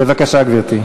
בבקשה, גברתי.